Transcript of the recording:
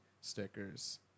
stickers